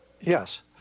Yes